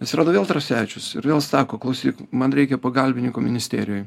pasirodo vėl tarasevičius ir vėl sako klausyk man reikia pagalbininko ministerijoj